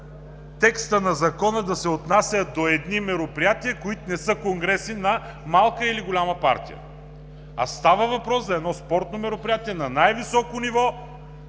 текста на Закона да се отнася до едни мероприятия, които не са конгреси на малка или голяма партия, а става въпрос за едно спортно мероприятие на най-високо ниво